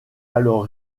alors